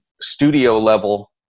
studio-level